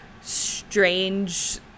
strange